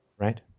Right